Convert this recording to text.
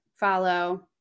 follow